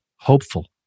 Hopeful